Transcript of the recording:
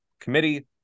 committee